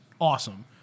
awesome